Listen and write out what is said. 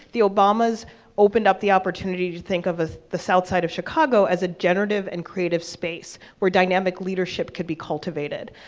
the obamas opened up the opportunity to think of the south side of chicago as a generative and creative space, where dynamic leadership could be cultivated.